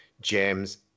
james